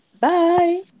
Bye